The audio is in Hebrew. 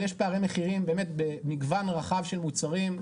אבל יש פערי מחירים במגוון רחב של מוצרים.